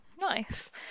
nice